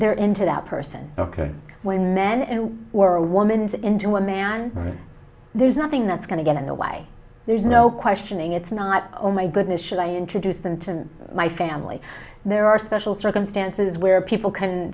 there into that person ok when men were a woman's into a man right there's nothing that's going to get in the way there's no questioning it's not all my goodness should i introduce them to my family there are special circumstances where people can